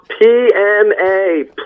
PMA